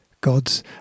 God's